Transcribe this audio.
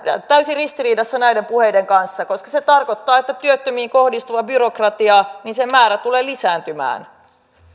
ovat täysin ristiriidassa näiden puheiden kanssa koska se tarkoittaa että työttömiin kohdistuvan byrokratian määrä tulee lisääntymään